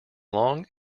long